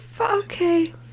Okay